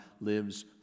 lives